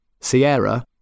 Sierra